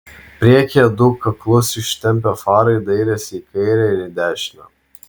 priekyje du kaklus ištempę farai dairėsi į kairę ir į dešinę